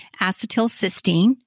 acetylcysteine